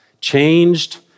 changed